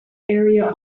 area